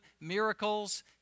miracles